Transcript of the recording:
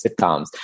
sitcoms